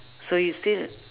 so you still